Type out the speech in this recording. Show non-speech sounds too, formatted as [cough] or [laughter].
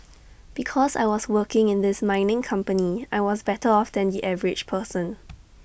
because I was working in this mining company I was better off than the average person [noise]